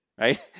right